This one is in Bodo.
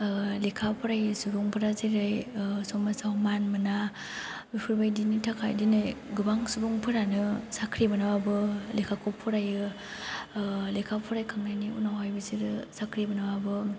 लेखा फरायै सुबुंफ्रा जेरै समाजाव मान मोना बेफोरबायदिनि थाखाय दिनै गोबां सुबुंफोरानो साख्रि मोनाबाबो लेखाखौ फरायो लेखा फरायखांनायनि उनावहाय बिसोरो साख्रि मोनाबाबो